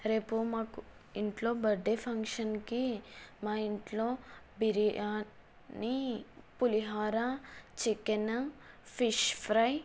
రేపు మాకు ఇంట్లో బడ్డే ఫంక్షన్కి మా ఇంట్లో బిర్యానీ పులిహోర చికెను ఫిష్ ఫ్రై